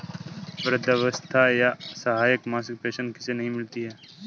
वृद्धावस्था या असहाय मासिक पेंशन किसे नहीं मिलती है?